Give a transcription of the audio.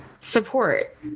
support